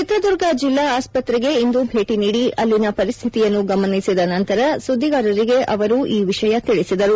ಚಿತ್ರದುರ್ಗ ಜಿಲ್ಲಾ ಆಸ್ಪತ್ರೆಗೆ ಇಂದು ಭೇಟಿ ನೀಡಿ ಅಲ್ಲಿನ ಪರಿಸ್ಥಿತಿಯನ್ನು ಗಮನಿಸಿದ ನಂತರ ಸುದ್ದಿಗಾರರಿಗೆ ಅವರು ಈ ವಿಷಯ ತಿಳಿಸಿದರು